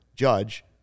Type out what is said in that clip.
judge